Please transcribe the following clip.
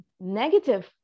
negative